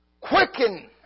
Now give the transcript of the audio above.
Quicken